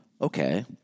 Okay